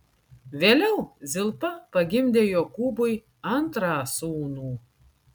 vėliau zilpa pagimdė jokūbui antrą sūnų